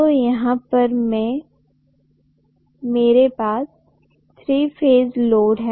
तो यहा पर मेरे पास थ्री फेज लोड है